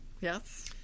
Yes